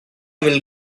will